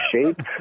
shape